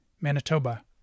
Manitoba